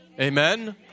amen